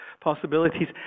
possibilities